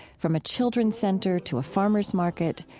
from a children's center to a farmers' market,